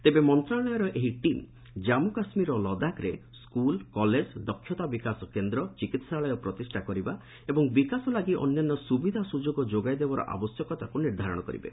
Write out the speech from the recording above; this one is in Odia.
ତେବେ ମନ୍ତ୍ରଣାଳୟର ଏହି ଟିମ୍ ଜାମ୍ମୁ କାଶ୍ମୀର ଓ ଲଦାଖରେ ସ୍କୁଲ କଲେଜ ଦକ୍ଷତା ବିକାଶ କେନ୍ଦ୍ର ଚିକିତ୍ସାଳୟ ପ୍ରତିଷ୍ଠା କରିବା ଏବଂ ବିକାଶ ଲାଗି ଅନ୍ୟାନ୍ୟ ସୁବିଧାସୁଯୋଗ ଯୋଗାଇ ଦେବାର ଆବଶ୍ୟକତାକୁ ନିର୍ଦ୍ଧାରଣ କରିବେ